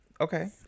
Okay